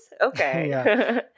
Okay